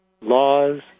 laws